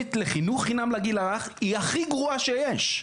התכנית לחינוך חינם לגיל הרך היא הכי גרועה שיש.